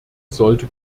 sollte